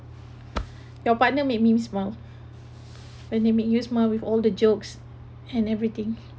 your partner make me smile and they make you smile with all the jokes and everything